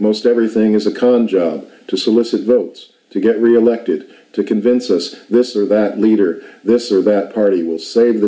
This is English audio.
most everything is a con job to solicit votes to get reelected to convince us this or that leader this or that party will save